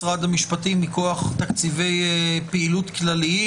משרד המשפטים מכוח תקציבי פעילות כלליים